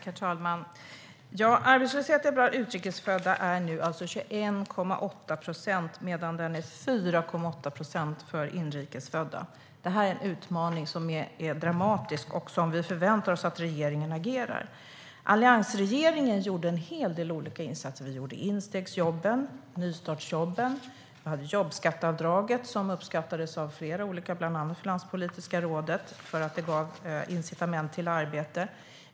Herr talman! Arbetslösheten bland utrikesfödda är nu 21,8 procent medan den är 4,8 procent för inrikesfödda. Det är en utmaning som är dramatisk, och där förväntar vi oss att regeringen agerar. Alliansregeringen gjorde en hel del olika insatser: instegsjobben, nystartsjobben och jobbskatteavdraget, som uppskattades av bland andra Finanspolitiska rådet därför att det gav incitament till arbete.